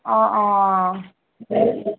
অঁ অঁ ঠিকে আছে